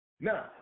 Now